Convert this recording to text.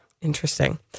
Interesting